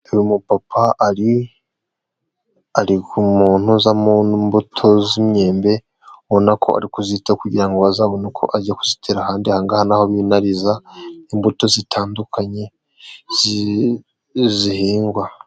Uyu mupapa ari muntuza, mu mbuto z'imyembe, ubona ko ari kuzitaho kugira ngo azabone uko ajya kuzitera ahandi, aha hanga ni aho binariza imbuto zitandukanye, zihingwa.